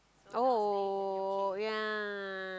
oh yeah